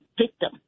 victim